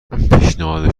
پیشنهاد